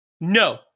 No